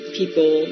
people